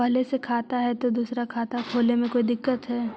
पहले से खाता है तो दूसरा खाता खोले में कोई दिक्कत है?